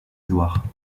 édouard